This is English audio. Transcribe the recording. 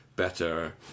better